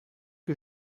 que